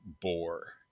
bore